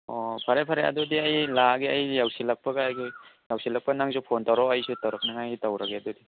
ꯑꯣ ꯐꯔꯦ ꯐꯔꯦ ꯑꯗꯨꯗꯤ ꯑꯩ ꯂꯥꯛꯑꯒꯦ ꯑꯩ ꯌꯧꯁꯤꯜꯂꯛꯄꯒ ꯌꯧꯁꯤꯜꯂꯛꯄꯒ ꯅꯪꯁꯨ ꯐꯣꯟ ꯇꯧꯔꯛꯑꯣ ꯑꯩꯁꯨ ꯇꯧꯔꯛꯅꯤꯉꯥꯏꯒꯤ ꯇꯧꯔꯒꯦ ꯑꯗꯨꯗꯤ